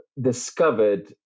discovered